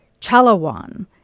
Chalawan